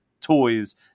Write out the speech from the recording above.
toys